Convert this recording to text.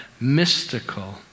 mystical